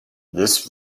this